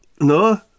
no